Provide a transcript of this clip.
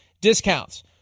discounts